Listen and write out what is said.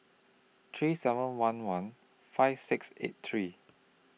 three seven one one five six eight three